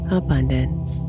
abundance